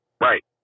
Right